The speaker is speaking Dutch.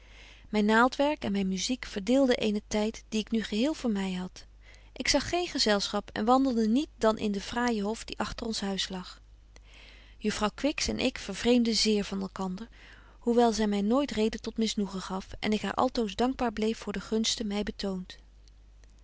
myn naaldwerk en myn muziek verdeelden eenen tyd dien ik nu geheel voor my had ik zag geen gezelschap en wandelde niet dan in den fraaijen hof die agter ons huis lag juffrouw kwiks en ik vervreemdden zéér van elkander hoewel zy my nooit reden tot misnoegen gaf en ik haar altoos dankbaar bleef voor de gunsten my betoont